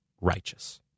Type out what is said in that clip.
righteous